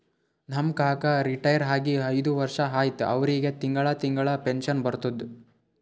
ನಮ್ ಕಾಕಾ ರಿಟೈರ್ ಆಗಿ ಐಯ್ದ ವರ್ಷ ಆಯ್ತ್ ಅವ್ರಿಗೆ ತಿಂಗಳಾ ತಿಂಗಳಾ ಪೆನ್ಷನ್ ಬರ್ತುದ್